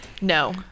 No